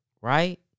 right